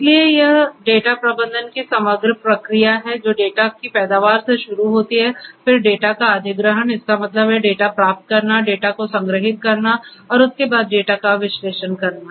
इसलिए यह डेटा प्रबंधन की समग्र प्रक्रिया है जो डेटा की पैदावार से शुरू होती है फिर डेटा का अधिग्रहण इसका मतलब है डेटा प्राप्त करना डेटा को संग्रहीत करना और उसके बाद डेटा का विश्लेषण करना